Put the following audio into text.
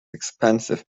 expensive